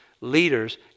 leaders